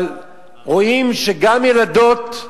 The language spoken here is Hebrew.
אבל רואים שגם ילדות,